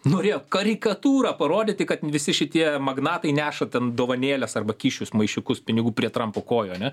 norėjo karikatūrą parodyti kad visi šitie magnatai neša ten dovanėles arba kyšius maišiukus pinigų prie trampo kojų ane